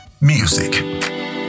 music